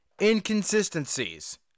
inconsistencies